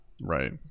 Right